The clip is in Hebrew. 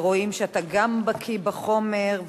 ורואים שאתה גם בקי בחומר,